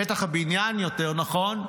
לפתח הבניין יותר נכון,